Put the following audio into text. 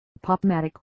Popmatic